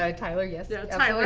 ah tyler, yes. yeah, tyler.